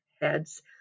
heads